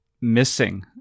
missing